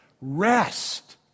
rest